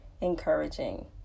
encouraging